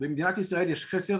במדינת ישראל יש חסר